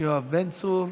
יואב בן צור.